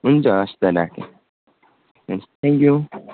हुन्छ हस् त राखेँ थ्याङ्क यू